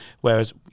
Whereas